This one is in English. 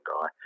guy